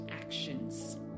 actions